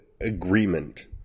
agreement